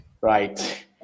Right